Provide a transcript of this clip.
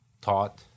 taught